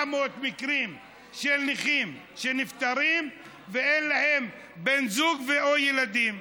400 מקרים של נכים שנפטרו ואין להם בן זוג או ילדים.